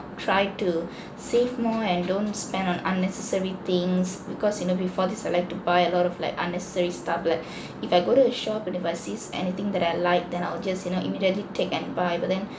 try to save more and don't spend on unnecessary things because you know before this I like to buy a lot of like unnecessary stuff like if I go to a shop if I see anything that I like then I will just you know immediately take and buy but then